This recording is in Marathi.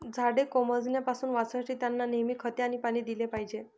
झाडे कोमेजण्यापासून वाचवण्यासाठी, त्यांना नेहमी खते आणि पाणी दिले पाहिजे